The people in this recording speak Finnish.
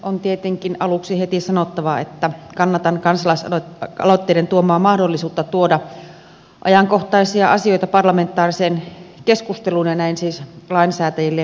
on tietenkin aluksi heti sanottava että kannatan kansalaisaloitteiden tuomaa mahdollisuutta tuoda ajankohtaisia asioita parlamentaariseen keskusteluun ja näin siis lainsäätäjille tietoon